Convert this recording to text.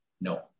No